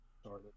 started